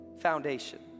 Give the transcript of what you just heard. foundation